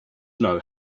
know